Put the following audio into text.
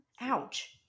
Ouch